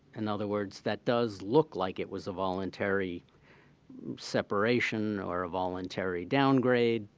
in other words, that does look like it was a voluntary separation, or a voluntary downgrade,